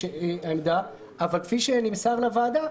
אבל כפי שנמסר לוועדה,